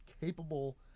capable